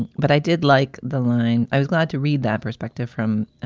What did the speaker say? and but i did like the line. i was glad to read that perspective from